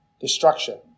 destruction